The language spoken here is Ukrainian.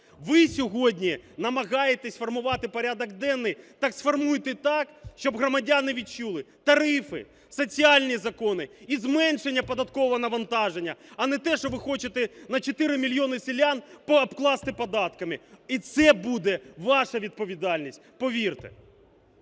Ви сьогодні намагаєтесь формувати порядок денний. Так сформуйте так, щоб громадяни відчули – тарифи, соціальні закони і зменшення податкового навантаження, а не те, що ви хочете – 4 мільйони селян обкласти податками. І це буде ваша відповідальність, повірте.